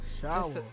shower